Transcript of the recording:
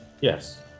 yes